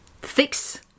fix